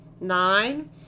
nine